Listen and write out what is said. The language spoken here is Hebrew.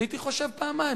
הייתי חושב פעמיים.